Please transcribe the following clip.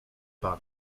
pan